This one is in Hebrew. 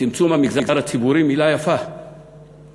צמצום המגזר הציבורי, מילה יפה בכלכלה,